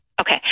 Okay